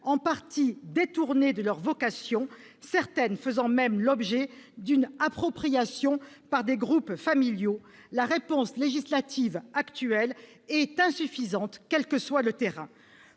en partie détournées de leur vocation, certaines faisant même l'objet d'une appropriation par des groupes familiaux, la réponse législative actuelle est insuffisante, quel que soit le terrain.